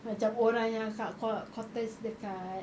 macam orang yang kat qua~ quaters dekat